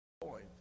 point